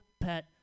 pet